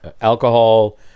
alcohol